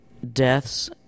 deaths